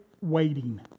waiting